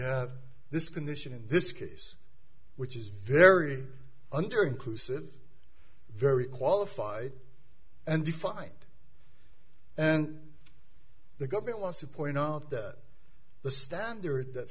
have this condition in this case which is very under inclusive very qualified and and defined the government wants to point out that the standard that